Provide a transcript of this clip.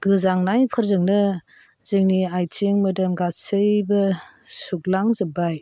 गोजांनायफोरजोंनो जोंनि आयथिं मोदोम गासैबो सुग्लां जोब्बाय